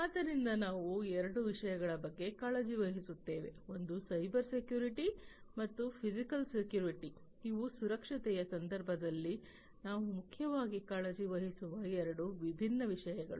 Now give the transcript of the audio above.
ಆದ್ದರಿಂದ ನಾವು ಎರಡು ವಿಷಯಗಳ ಬಗ್ಗೆ ಕಾಳಜಿ ವಹಿಸುತ್ತೇವೆ ಒಂದು ಸೈಬರ್ ಸೆಕ್ಯುರಿಟಿ ಮತ್ತು ಫಿಸಿಕಲ್ ಸೆಕ್ಯೂರಿಟಿ ಇವು ಸುರಕ್ಷತೆಯ ಸಂದರ್ಭದಲ್ಲಿ ನಾವು ಮುಖ್ಯವಾಗಿ ಕಾಳಜಿವಹಿಸುವ ಎರಡು ವಿಭಿನ್ನ ವಿಷಯಗಳು